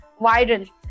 viral